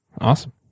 awesome